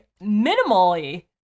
minimally